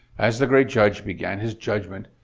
as the great judge, began his judgment,